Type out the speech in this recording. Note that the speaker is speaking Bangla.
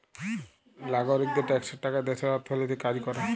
লাগরিকদের ট্যাক্সের টাকা দ্যাশের অথ্থলৈতিক কাজ ক্যরে